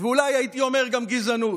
ואולי הייתי אומר גם גזענות.